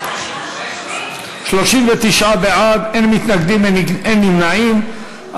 39 בעד, אין מתנגדים, אין נמנעים.